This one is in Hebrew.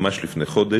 ממש לפני חודש,